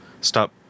stop